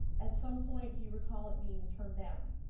at some point, do you recall it being turned down?